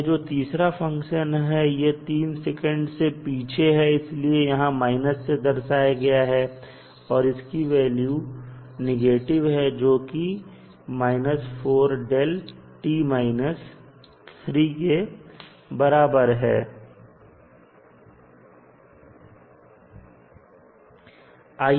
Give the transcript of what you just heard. यह जो तीसरा फंक्शन है यह 3 सेकंड से पीछे हैं इसलिए यहां से दर्शाया गया है और इसकी वैल्यू नेगेटिव है जोकि 4 के बराबर होगा